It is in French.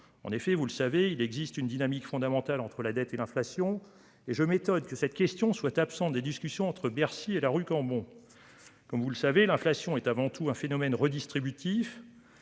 Comme vous le savez, il existe une dynamique fondamentale entre la dette et l'inflation. Aussi, je m'étonne que cette question soit absente des discussions entre Bercy et la rue Cambon. L'inflation étant avant tout un phénomène redistributif,